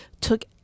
took